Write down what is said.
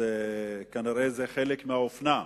כנראה זה חלק מהאופנה.